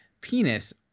penis